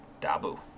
Dabu